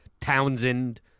Townsend